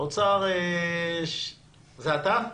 האוצר, זה אתה?